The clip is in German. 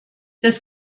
das